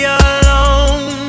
alone